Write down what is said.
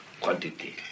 quantity